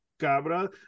cabra